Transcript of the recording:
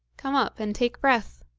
come up and take breath.